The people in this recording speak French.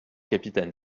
capitaine